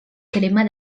crema